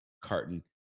carton